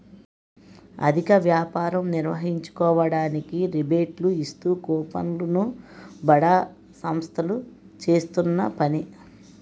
అధిక వ్యాపారం నిర్వహించుకోవడానికి రిబేట్లు ఇస్తూ కూపన్లు ను బడా సంస్థలు చేస్తున్న పని